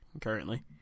currently